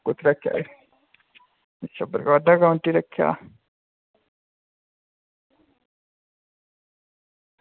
अच्छा अच्छा चुप्प चबीते ई कम्म च रक्खेआ